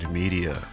media